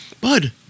bud